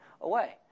away